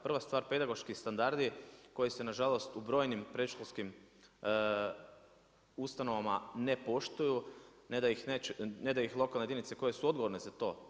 Prva stvar, pedagoški standardi, koji se na žalost u brojnim predškolskim ustanovama ne poštuju, ne da ih lokalne jedinice koje su odgovorne za to.